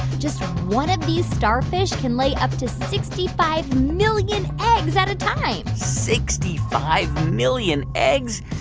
just one of these starfish can lay up to sixty five million eggs at a time sixty-five million eggs?